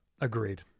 agreed